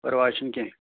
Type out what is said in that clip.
پرواے چھُنہٕ کیٚنہہ